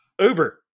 Uber